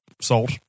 salt